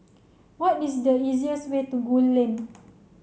what is the easiest way to Gul Lane